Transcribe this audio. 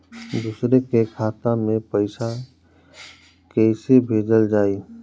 दूसरे के खाता में पइसा केइसे भेजल जाइ?